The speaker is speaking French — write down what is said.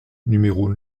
numéro